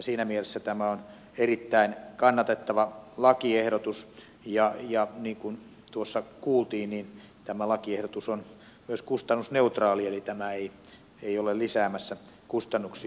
siinä mielessä tämä on erittäin kannatettava lakiehdotus ja niin kuin tuossa kuultiin tämä lakiehdotus on myös kustannusneutraali eli tämä ei ole lisäämässä kustannuksia